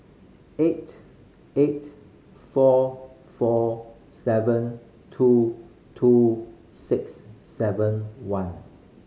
eight eight four four seven two two six seven one